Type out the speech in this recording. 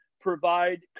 provide